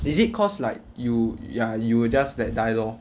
is it cause like you ya you just that die lor